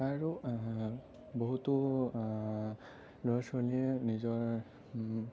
আৰু বহুতো ল'ৰা ছোৱালীয়ে নিজৰ